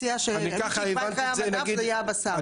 מציע שמי שיקבע את חיי המדף זה יהיה היצרן.